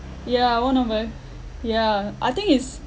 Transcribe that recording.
yeah one of a yeah I think is